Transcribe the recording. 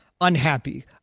unhappy